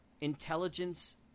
intelligence